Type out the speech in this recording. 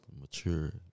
mature